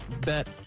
bet